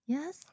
Yes